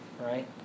right